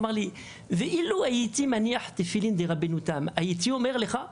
"ואם הייתי מניח תפילין דרבנו תם הייתי אומר לך?".